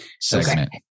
segment